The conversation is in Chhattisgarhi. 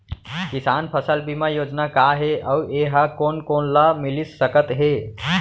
किसान फसल बीमा योजना का हे अऊ ए हा कोन कोन ला मिलिस सकत हे?